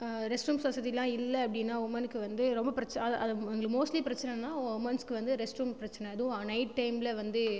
restrooms வசதிலாம் இல்லை அப்படினா உமனுக்கு வந்து ரொம்ப பிரச் அது அது எங்களுக்கு மோஸ்ட்லி பிரச்சனைனா உமன்ஸ்க்கு வந்து ரெஸ்ட்ரூம் பிரச்சனை அதுவும் நைட் டைம்மில வந்து